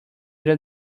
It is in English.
data